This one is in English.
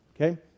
okay